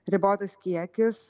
ribotas kiekis